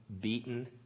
beaten